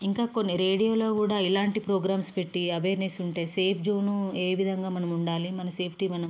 ఇంకా కొన్నిరేడియోలో కూడా ఇలాంటి ప్రోగ్రామ్స్ పెట్టి అవేర్నెస్ ఉంటే సేఫ్ జోనూ ఏ విధంగా మనముండాలి మన సేఫ్టీ మనం